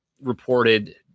reported